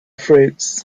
fruits